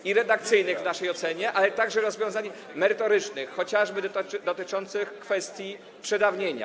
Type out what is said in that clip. I redakcyjnych, w naszej ocenie, ale także rozwiązań merytorycznych, chociażby dotyczących kwestii przedawnienia.